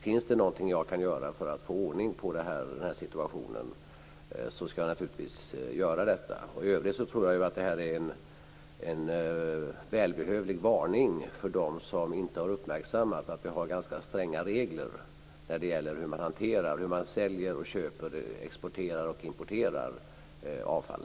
Finns det något som jag kan göra för att få ordning på den här situationen ska jag naturligtvis göra det. I övrigt tror jag att det här är en välbehövlig varning för dem som inte har uppmärksammat att vi har ganska stränga regler för export och import av avfall.